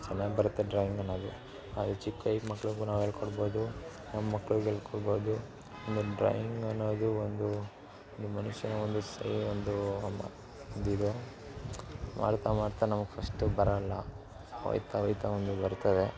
ಚೆನ್ನಾಗಿ ಬರುತ್ತೆ ಡ್ರಾಯಿಂಗ್ ನಾವು ನಾವು ಚಿಕ್ಕ ಕೈ ಮಕ್ಳಿಗೂ ನಾವು ಹೇಳ್ಕೊಡ್ಬೋದು ನಮ್ಮ ಮಕ್ಳಿಗೆ ಹೇಳ್ಕೊಡ್ಬೋದು ಆಮೇಲೆ ಡ್ರಾಯಿಂಗ್ ಅನ್ನೋದು ಒಂದು ಈ ಮನುಷ್ಯನ ಒಂದು ಸೈ ಒಂದೂ ಒಂದು ಇದು ಮಾಡ್ತಾ ಮಾಡ್ತಾ ನಮಗೆ ಫಸ್ಟು ಬರೋಲ್ಲ ಹೋಗ್ತಾ ಹೋಗ್ತಾ ಒಂದು ಬರ್ತದೆ